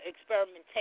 experimentation